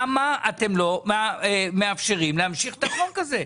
למה אתם לא מאפשרים להמשיך את החוק הזה,